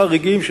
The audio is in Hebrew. חריגים,